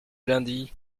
lundi